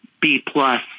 B-plus